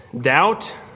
doubt